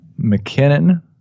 McKinnon